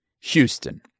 Houston